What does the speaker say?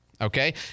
Okay